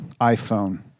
iPhone